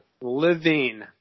Living